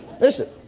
Listen